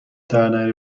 درنیاری